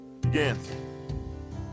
begins